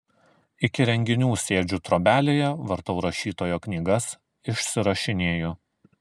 iki renginių sėdžiu trobelėje vartau rašytojo knygas išsirašinėju